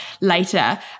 later